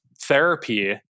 therapy